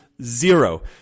zero